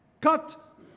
cut